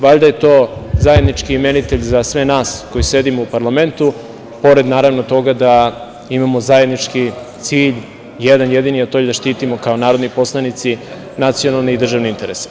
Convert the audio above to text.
Valjda je to zajednički imenitelj za sve nas koji sedimo u parlamentu pored naravno toga da imamo zajednički cilj, jedan, jedini, a to je da štitimo kao narodni poslanici nacionalne i državne interese.